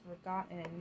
forgotten